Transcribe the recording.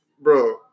bro